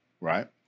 right